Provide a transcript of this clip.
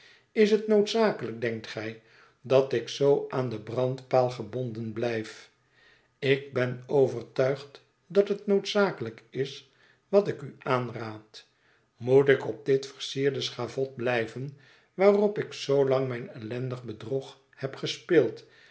is het noodzakelijk denkt gij dat ik zoo aan den brandpaal gebonden blijf ik ben overtuigd dat het noodzakelijk is wat ik u aanraad moet ik op dit versierde schavot blijven waarop ik zoolang mijn ellendig bedrog heb gespeeld